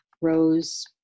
Rose